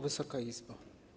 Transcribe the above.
Wysoka Izbo!